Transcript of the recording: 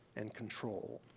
and control.